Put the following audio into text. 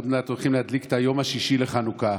עוד מעט הולכים להדליק את הנר שישי של חנוכה.